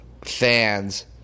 fans